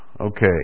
Okay